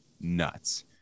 nuts